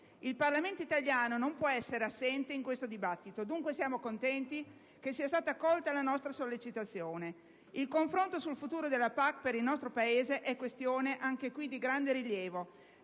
Il Parlamento italiano non può essere assente in questo dibattito; dunque siamo contenti che sia stata accolta la nostra sollecitazione. Il confronto sul futuro della PAC per il nostro Paese è questione di grande rilievo: